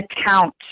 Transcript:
account